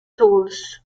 tools